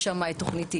יש שמה את תכנית הילה,